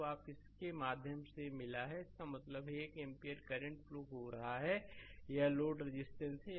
तो आप इस के माध्यम से मिला है कि इसका मतलब है 1 एम्पीयर करंट फ्लो हो रहा है यह लोड रजिस्टेंस RL